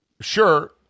Sure